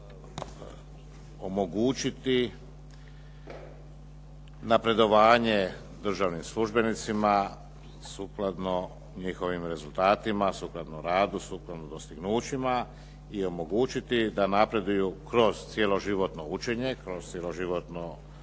se omogućiti napredovanje državnim službenicima sukladno njihovim rezultatima, sukladno radu, sukladno dostignućima i omogućiti da napreduju kroz cjeloživotno učenje, kroz cjeloživotno